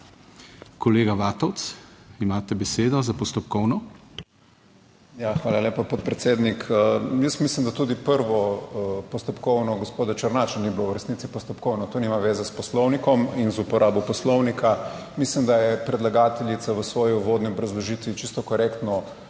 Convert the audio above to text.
TAŠNER VATOVEC (PS Levica): Ja, hvala lepa podpredsednik. Jaz mislim, da tudi prvo postopkovno gospoda Černača ni bilo, v resnici postopkovno. To nima veze s Poslovnikom in z uporabo poslovnika. Mislim, da je predlagateljica v svoji uvodni obrazložitvi čisto korektno